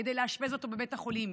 כדי לאשפז אותו בבית החולים,